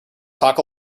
talk